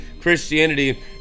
Christianity